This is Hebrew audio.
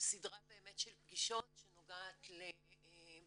סדרה של פגישות שנוגעת למקומם